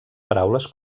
paraules